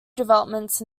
developments